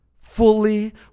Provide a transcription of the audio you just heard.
Fully